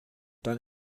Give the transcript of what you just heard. dann